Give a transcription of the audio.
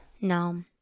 No